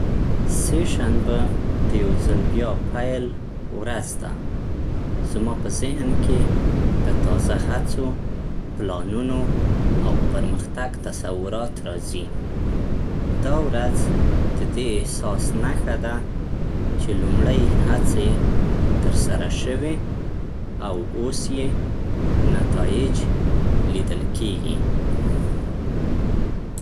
سه شنبه د یو ځل بیا پيل ورځ ده. زما په ذهن کې د تازه هڅو، پلانونو او پرمختګ تصورات راځي. دا ورځ د دې احساس نښه ده چې لومړۍ هڅې ترسره شوي او اوس یې نتایج لیدل کیږي.